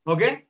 Okay